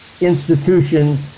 institutions